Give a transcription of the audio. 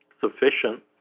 sufficient